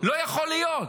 לא יכול להיות.